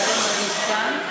חבר הכנסת מזוז כאן?